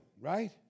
right